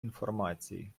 інформації